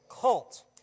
cult